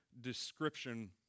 description